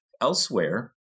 Elsewhere